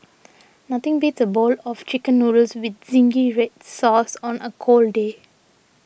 nothing beats a bowl of Chicken Noodles with Zingy Red Sauce on a cold day